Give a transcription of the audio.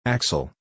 Axel